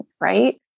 Right